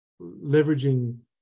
leveraging